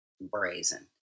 Brazen